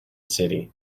city